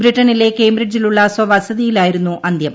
ബ്രിട്ടണിലെ കേംബ്രിഡ്ജിലുള്ളൂ സ്വസതിയിലായിരുന്നു അന്ത്യം